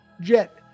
jet